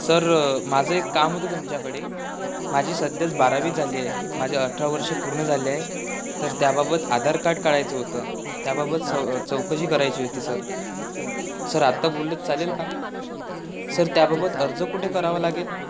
sir माझं एक काम होतं तुमच्याकडे माझी सध्याच बारावी झाली आहे माझ्या अठरा वर्ष पूर्ण झाले आहे तर त्याबाबत आधार कार्ड काढायचं होतं त्याबाबत चौ चौकशी करायची होती सर सर आत्ता बोललं तर चालेल का सर त्याबाबत अर्ज कुठे करावं लागेल